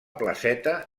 placeta